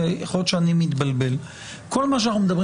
כי יכול להיות שאני מתבלבל: כל מה שאנחנו מדברים